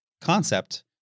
concept